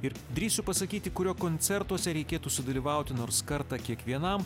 ir drįsiu pasakyti kurio koncertuose reikėtų sudalyvauti nors kartą kiekvienam